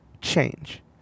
change